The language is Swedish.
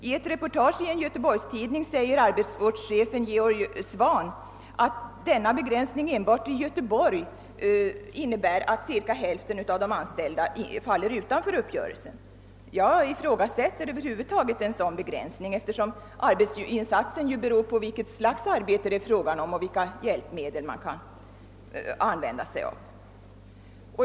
I ett reportage i en Göteborgstidning säger arbetsvårdschefen Georg Swahn att denna begränsning enbart i Göteborg innebär att cirka hälften av de anställda faller utanför uppgörelsen. Jag ifrågasätter över huvud taget en sådan begränsning, eftersom arbetsinsatsen ju beror på vilket slags arbete det är fråga om och vilka hjälpmedel som kan användas.